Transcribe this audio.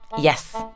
Yes